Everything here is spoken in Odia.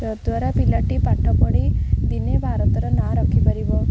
ଯଦ୍ୱାରା ପିଲାଟି ପାଠ ପଢ଼ି ଦିନେ ଭାରତର ନାଁ ରଖିପାରିବ